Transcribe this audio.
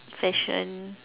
fashion